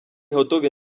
готові